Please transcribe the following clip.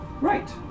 right